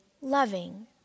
loving